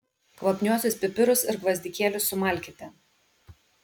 kvapniuosius pipirus ir gvazdikėlius sumalkite